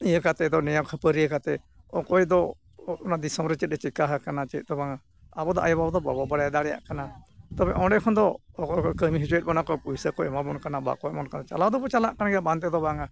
ᱤᱭᱟᱹ ᱠᱟᱛᱮᱫ ᱫᱚ ᱱᱮᱭᱟᱣ ᱠᱷᱟᱹᱯᱟᱹᱨᱤᱭᱟᱹ ᱠᱟᱛᱮᱫ ᱚᱠᱚᱭ ᱫᱚ ᱚᱱᱟ ᱫᱤᱥᱚᱢ ᱨᱮ ᱪᱮᱫ ᱮ ᱪᱤᱠᱟᱹ ᱟᱠᱟᱱᱟ ᱪᱮᱫ ᱫᱚ ᱵᱟᱝᱟ ᱟᱵᱚ ᱫᱚ ᱟᱭᱳᱼᱵᱟᱵᱟ ᱫᱚ ᱵᱟᱵᱚ ᱵᱟᱲᱟᱭ ᱫᱟᱲᱮᱭᱟᱜ ᱠᱟᱱᱟ ᱛᱚᱵᱮ ᱚᱸᱰᱮ ᱠᱷᱚᱱ ᱫᱚ ᱠᱟᱹᱢᱤ ᱦᱚᱪᱚᱭᱮᱜ ᱵᱚᱱᱟ ᱠᱚ ᱯᱚᱭᱥᱟ ᱠᱚ ᱮᱢᱟᱵᱚᱱ ᱠᱟᱱᱟ ᱵᱟᱠᱚ ᱮᱢᱟᱵᱚᱱ ᱠᱟᱱᱟ ᱪᱟᱞᱟᱣ ᱫᱚᱵᱚᱱ ᱪᱟᱞᱟᱜ ᱠᱟᱱ ᱜᱮᱭᱟ ᱵᱟᱝ ᱛᱮᱫᱚ ᱵᱟᱝᱟ